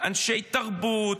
אנשי תרבות,